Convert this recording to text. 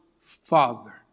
father